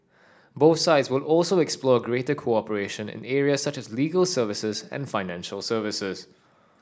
both sides will also explore greater cooperation in areas such as legal services and financial services